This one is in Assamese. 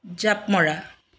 জাঁপ মৰা